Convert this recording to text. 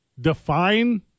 define